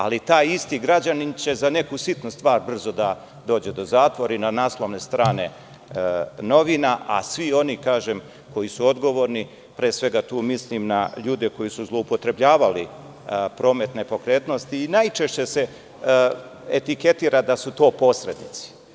Ali, taj isti građanin će za neku sitnu stvar brzo da dođe do zatvora i na naslovne strane novina, a svi oni koji su odgovorni, pre svega tu mislim na ljude koji su zloupotrebljavali promet nepokretnosti i najčešće se etiketira da su to posrednici.